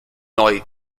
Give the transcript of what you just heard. neu